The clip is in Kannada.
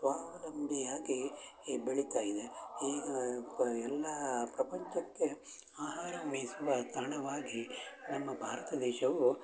ಸ್ವಾವಲಂಬಿಯಾಗಿ ಈಗ ಬೆಳಿತಾಯಿದೆ ಈಗ ಪ ಎಲ್ಲ ಪ್ರಪಂಚಕ್ಕೆ ಆಹಾರ ಮೇಯಿಸುವ ತಾಣವಾಗಿ ನಮ್ಮ ಭಾರತ ದೇಶವು